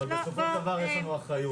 אבל בסופו של דבר יש לנו אחריות.